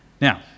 Now